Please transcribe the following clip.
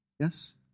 Yes